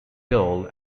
goal